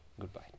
Goodbye